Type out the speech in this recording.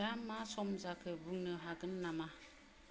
दा मा सम जाखो बुंनो हागोन नामा